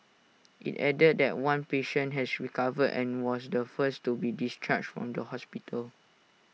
IT added that one patient has recovered and was the first to be discharged from the hospital